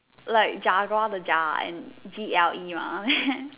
like jaguar the jar and G L E mah